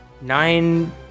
Nine